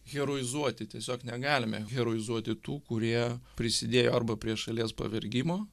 heroizuoti tiesiog negalime heroizuoti tų kurie prisidėjo arba prie šalies pavergimo